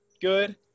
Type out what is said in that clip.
good